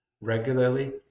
regularly